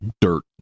dirt